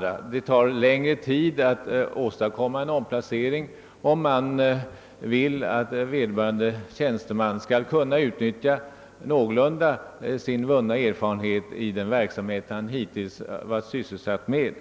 därför att det tar längre tid att åstadkomma en omplacering om man vill att vederbörande tjänsteman skall kunna någorlunda utnyttja sin vunna erfarenhet i den verksamhet han hittills varit sysselsatt i.